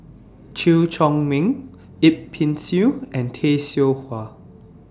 Chew Chor Meng Yip Pin Xiu and Tay Seow Huah